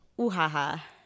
Ooh-ha-ha